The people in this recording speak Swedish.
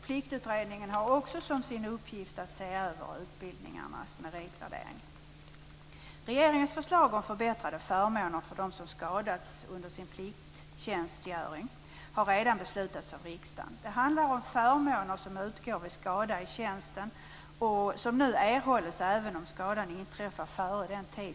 Pliktutredningen har till uppgift att se över meritvärderingen i utbildningarna. Regeringens förslag om förbättrade förmåner för dem som skadats under sin plikttjänstgöring har redan antagits av riksdagen. Förmåner som utgår vid skada i tjänsten kan nu erhållas tidigare än vad som förut gällt.